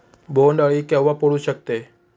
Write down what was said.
बोंड अळी केव्हा पडू शकते?